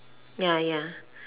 ya ya